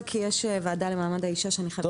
כי יש ועדה למעמד האישה שאני חייבת ללכת אליה.